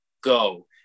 go